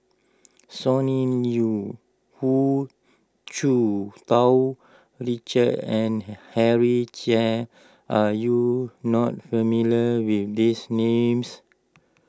Sonny Liew Hu Tsu Tau Richard and Henry Chia are you not familiar with these names